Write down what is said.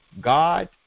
God